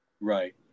Right